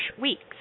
weeks